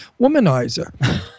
womanizer